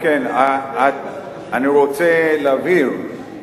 אני רוצה להבהיר,